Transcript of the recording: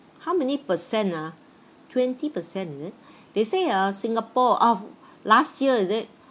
how many percent ah twenty percent is it they say ah singapore of last year is it